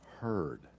heard